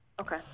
Okay